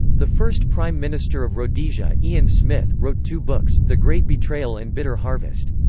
the first prime minister of rhodesia, ian smith, wrote two books the great betrayal and bitter harvest.